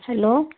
hello